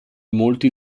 molti